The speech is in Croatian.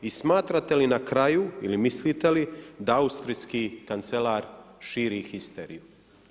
I smatrate li na kraju ili mislite li da austrijski kancelar širi histeriju?